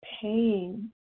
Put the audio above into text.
pain